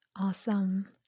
Awesome